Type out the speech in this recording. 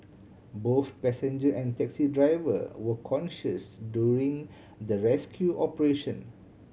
both passenger and taxi driver were conscious during the rescue operation